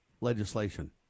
legislation